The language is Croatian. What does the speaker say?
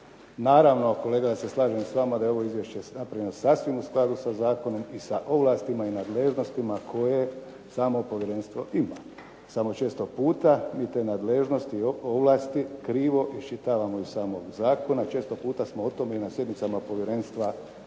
Naravno kolega da se slažem s vama da je ovo izvješće napravljeno sasvim u skladu sa zakonom i sa ovlastima i nadležnostima koje samo povjerenstvo ima, samo često puta mi te nadležnosti, ovlasti krivo iščitavamo iz samog zakona. Često puta smo o tome i na sjednicama povjerenstva govorili,